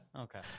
Okay